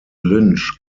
lynch